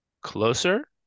closer